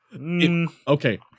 Okay